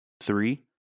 Three